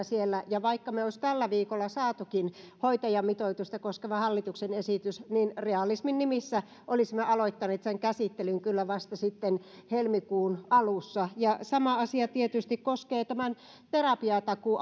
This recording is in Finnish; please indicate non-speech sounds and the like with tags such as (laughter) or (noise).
(unintelligible) siellä ja vaikka me olisimme tällä viikolla saaneetkin hoitajamitoitusta koskevan hallituksen esityksen niin realismin nimissä olisimme aloittaneet sen käsittelyn kyllä sitten vasta helmikuun alussa ja sama asia tietysti koskee tätä terapiatakuu (unintelligible)